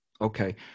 Okay